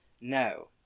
No